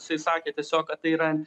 jisai sakė tiesiog kad tai yra